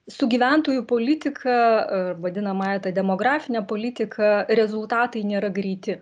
su gyventojų politika a vadinamąja demografine politika rezultatai nėra greiti